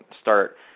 start